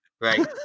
right